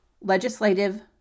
legislative